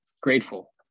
Grateful